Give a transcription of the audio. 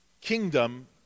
kingdom